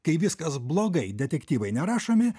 kai viskas blogai detektyvai nerašomi